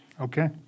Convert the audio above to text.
Okay